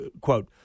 quote